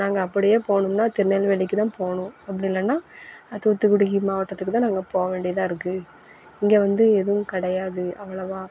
நாங்கள் அப்படியே போகணும்னா திருநெல்வேலிக்கு தான் போகணும் அப்படி இல்லைன்னா தூத்துக்குடிக்கு மாவட்டத்துக்கு தான் நாங்கள் போகவேண்டியதா இருக்குது இங்கே வந்து எதுவும் கிடையாது அவ்வளோவா